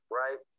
right